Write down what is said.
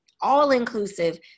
all-inclusive